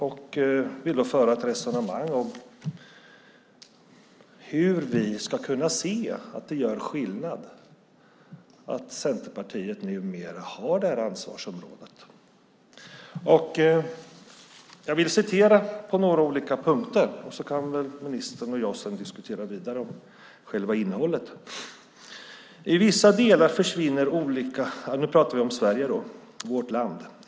Jag vill föra ett resonemang om hur vi ska kunna se att det gör skillnad att Centerpartiet numera har det här ansvarsområdet. Jag vill ta upp några punkter, och sedan kan ministern och jag diskutera vidare själva innehållet. Vi pratar om Sverige, vårt land.